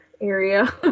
area